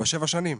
בשבע השנים?